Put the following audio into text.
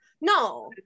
no